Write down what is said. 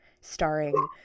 starring